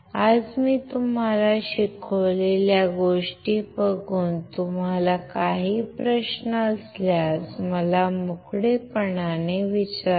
आज मी तुम्हाला शिकवलेल्या गोष्टी बघून तुम्हाला काही प्रश्न असल्यास मला मोकळेपणाने विचारा